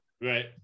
Right